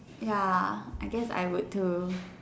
ya I guess I would too